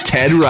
Ted